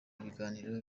ibiganiro